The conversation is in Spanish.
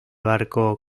barco